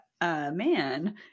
man